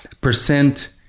percent